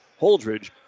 Holdridge